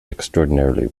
extraordinarily